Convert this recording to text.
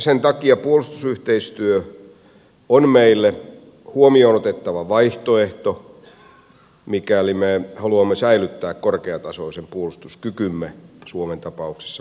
sen takia puolustusyhteistyö on meille huomioon otettava vaihtoehto mikäli me haluamme säilyttää korkeatasoisen puolustuskykymme suomen tapauksessa myös jatkossa